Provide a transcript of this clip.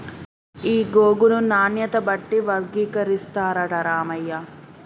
ఈ గోగును నాణ్యత బట్టి వర్గీకరిస్తారట రామయ్య